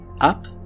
up